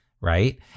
right